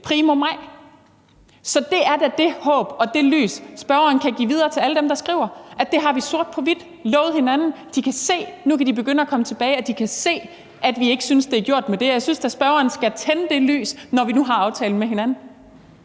primo maj. Så det er da det håb og det lys, spørgeren kan give videre til alle dem, der skriver, altså at det har vi sort på hvidt lovet hinanden; de kan se, at nu kan de begynde at komme tilbage, og de kan se, at vi ikke synes, det er gjort med det. Og jeg synes da, at spørgeren skal tænde det lys, når vi nu har aftalen med hinanden.